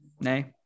nay